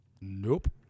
Nope